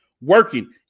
working